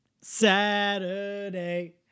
Saturday